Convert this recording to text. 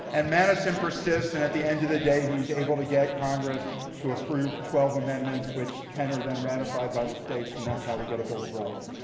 and madison persists. and at the end of the day he's able to get congress to approve twelve amendments, which ten are then ratified by the states. and that's how we get a bill of rights.